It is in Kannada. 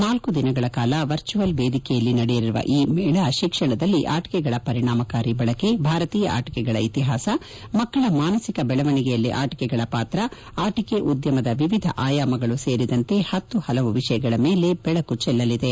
ನಾಲ್ಲು ದಿನಗಳ ಕಾಲ ವರ್ಚುವಲ್ ವೇದಿಕೆಯಲ್ಲಿ ನಡೆಯಲಿರುವ ಈ ಮೇಳ ಶಿಕ್ಷಣದಲ್ಲಿ ಆಟಕೆಗಳ ಪರಿಣಾಮಕಾರಿ ಬಳಕೆ ಭಾರತೀಯ ಆಟಕೆಗಳ ಇತಿಹಾಸ ಮಕ್ಕಳ ಮಾನಸಿಕ ಬೆಳವಣಿಗೆಯಲ್ಲಿ ಆಟಕೆಗಳ ಪಾತ್ರ ಆಟಕೆ ಉದ್ದಮದ ವಿವಿಧ ಆಯಾಮಗಳು ಸೇರಿದಂತೆ ಹತ್ತು ಹಲವು ವಿಷಯಗಳ ಮೇಲೆ ಬೆಳಕು ಚೆಲ್ಲಲಿದೆ